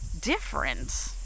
different